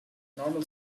normal